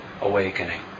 awakening